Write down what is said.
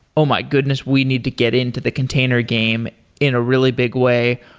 oh my goodness! we need to get into the container game in a really big way.